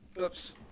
Oops